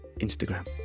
Instagram